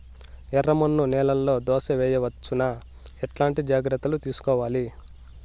ఎర్రమన్ను నేలలో దోస వేయవచ్చునా? ఎట్లాంటి జాగ్రత్త లు తీసుకోవాలి?